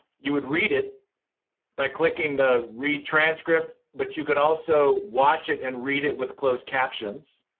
you would read it by clicking the read transcript, but you could also watch it and read it with closed captions.